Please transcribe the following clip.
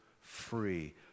free